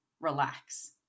relax